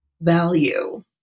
value